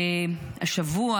השבוע,